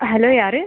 hello யார்